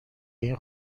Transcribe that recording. این